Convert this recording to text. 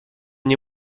nie